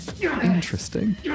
Interesting